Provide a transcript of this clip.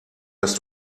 dass